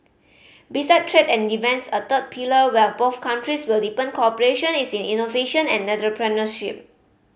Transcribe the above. besides trade and defence a third pillar where both countries will deepen cooperation is in innovation and entrepreneurship